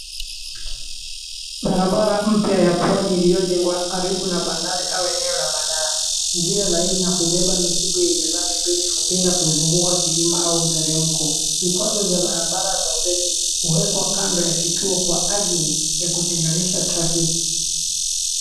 Barabara mpya ya pwani iliyojengwa karibu na bandari au eneo la bandari. Njia laini ya kubeba mizigo yenye lami ili kupinda kuzunguka kilima au mteremko. Vikwazo vya barabara za zege huwekwa kando ya kituo kwa ajili ya kutenganisha traffic .